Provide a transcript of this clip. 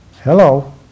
hello